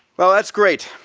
well, that's great.